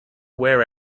wear